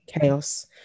chaos